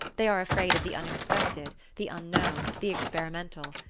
they are afraid of the unexpected, the unknown, the experimental.